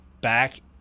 back